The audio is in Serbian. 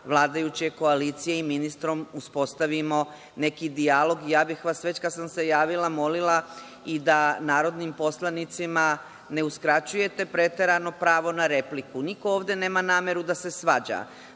vladajuće koalicije i ministrom uspostavimo neki dijalog. Ja bih vas, već kad sam se javila, molila i da narodnim poslanicima ne uskraćujete preterano pravo na repliku. Niko ovde nema nameru da se svađa.